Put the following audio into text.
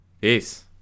peace